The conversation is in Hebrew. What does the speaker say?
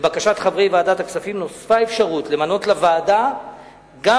לבקשת חברי ועדת הכספים נוספה אפשרות למנות לוועדה גם